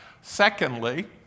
Secondly